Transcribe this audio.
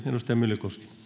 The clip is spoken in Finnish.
arvoisa herra